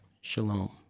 Shalom